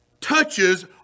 touches